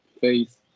face